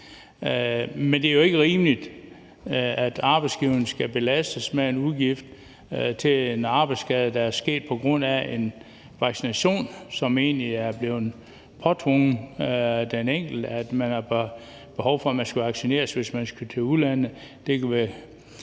men det er jo ikke rimeligt, at arbejdsgiveren skal belastes med en udgift til en arbejdsskade, der er sket på grund af en vaccination, som egentlig er blevet påtvunget den enkelte – at man har behov for at blive vaccineret, hvis man skal til udlandet;